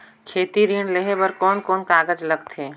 खेती ऋण लेहे बार कोन कोन कागज लगथे?